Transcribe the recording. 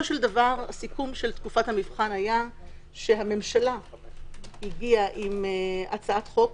הסיכום של תקופת המבחן היה שהממשלה הגיעה עם הצעת חוק